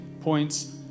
points